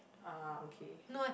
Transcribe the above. ah okay